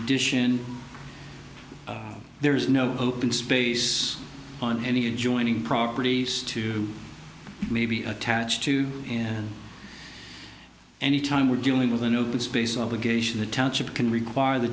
addition there is no open space on any adjoining properties to may be attached to any time we're dealing with an open space obligation the township can require the